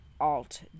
Alt